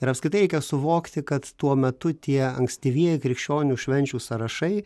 ir apskritai reikia suvokti kad tuo metu tie ankstyvieji krikščionių švenčių sąrašai